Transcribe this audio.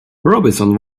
robinson